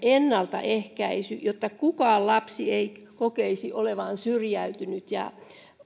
ennaltaehkäisy jotta kukaan lapsi ei kokisi olevansa syrjäytynyt ja